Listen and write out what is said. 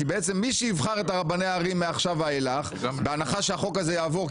כי מי שיבחר את רבני הערים מעכשיו ואליך בהנחה שהחוק הזה יעבור,